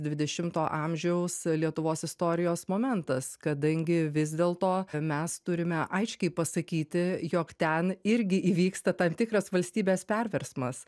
dvidešimto amžiaus lietuvos istorijos momentas kadangi vis dėlto mes turime aiškiai pasakyti jog ten irgi įvyksta tam tikras valstybės perversmas